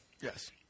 Yes